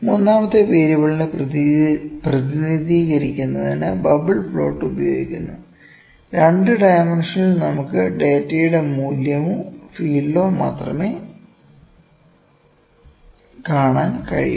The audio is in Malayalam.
മൂന്നാമത്തെ വേരിയബിളിനെ പ്രതിനിധീകരിക്കുന്നതിനു ബബിൾ പ്ലോട്ട് ഉപയോഗിക്കുന്നു 2 ഡയമെൻഷനിൽ നമുക്ക് ഡാറ്റയുടെ മൂല്യമോ ഫീൽഡോ മാത്രമേ കാണാൻ കഴിയു